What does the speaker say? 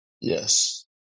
Yes